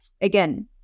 Again